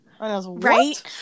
Right